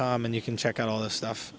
com and you can check out all the stuff